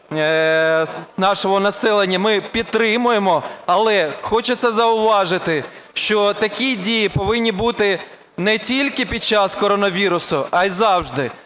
нашого населення, ми підтримуємо. Але хочеться зауважити, що такі дії повинні бути не тільки під час коронавірусу, а й завжди.